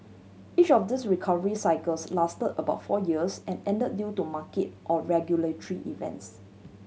each of these recovery cycles last about four years and end due to market or regulatory events